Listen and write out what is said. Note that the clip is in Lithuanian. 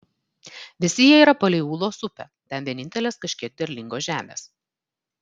visi jie yra palei ūlos upę ten vienintelės kažkiek derlingos žemės